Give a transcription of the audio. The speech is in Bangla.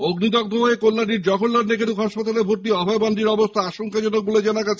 অগ্নিদগ্ধ হয়ে কল্যাণীর জওহরলাল নেহেরু হাসপাতালে ভর্তি অভয় মান্ডির অবস্থা আশংকাজনক বলে জানা গেছে